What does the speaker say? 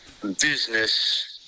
business